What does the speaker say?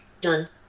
Done